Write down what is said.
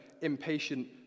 impatient